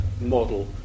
model